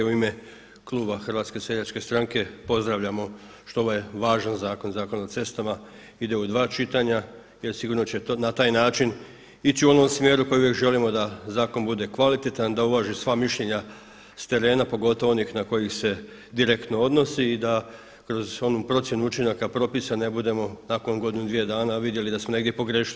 U ime kluba HSS-a pozdravljamo što ovaj važan zakon, Zakon o cestama ide u dva čitanja jer sigurno će na taj način ići u onom smjeru u kojem mi želimo da zakon bude kvalitetan, da uvaži sva mišljenja s terena, pogotovo onih na koje se direktno odnosi i da kroz onu procjenu učinaka propisa ne budemo nakon godinu, dvije dana vidjeli da smo negdje pogriješili.